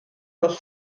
los